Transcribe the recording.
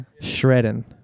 shredding